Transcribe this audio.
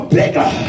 bigger